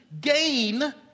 gain